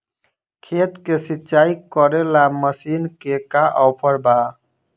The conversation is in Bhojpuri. खेत के सिंचाई करेला मशीन के का ऑफर बा?